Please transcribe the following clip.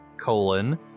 colon